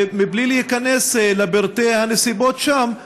ומבלי להיכנס לפרטי הנסיבות שם,